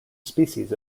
species